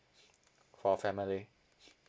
for family